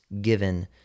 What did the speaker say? given